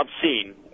obscene